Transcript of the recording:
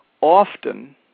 Often